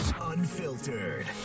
unfiltered